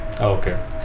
Okay